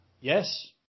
Yes